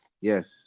Yes